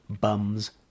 bums